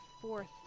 fourth